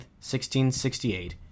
1668